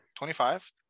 25